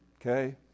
Okay